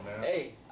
Hey